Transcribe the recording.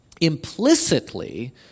implicitly